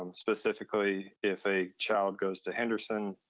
um specifically if a child goes to henderson,